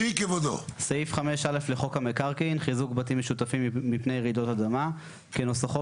סעיף 5א לחוק המקרקעין (חיזוק בתים משותפים מפני רעידות אדמה) כנוסחו